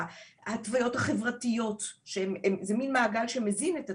בהתוויות החברתיות שהן זה מין מעגל שמזין את עצמו,